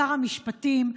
שר המשפטים,